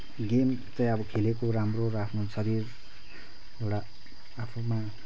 game चाहिँ अब खेलेको राम्रो र आफ्नो शरीर एउटा आफूमा